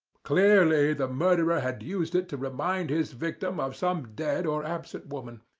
clearly the murderer had used it to remind his victim of some dead or absent woman.